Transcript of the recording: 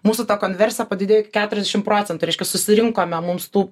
mūsų ta konversija padidėjo iki keturiasdešimt procentų reiškias susirinkome mums tų